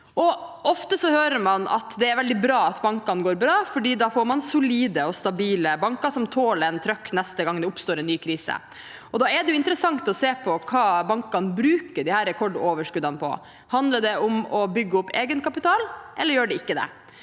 Ofte hører man at det er veldig bra at bankene går bra, for da får man solide og stabile banker som tåler en trøkk neste gang det oppstår en ny krise. Da er det interessant å se på hva bankene bruker disse rekordoverskuddene på. Handler det om å bygge opp egenkapital, eller gjør det ikke det?